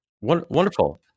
Wonderful